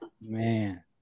man